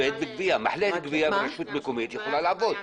מחלקת הגבייה ברשות מקומית יכולה לעבוד.